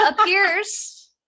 appears